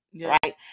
right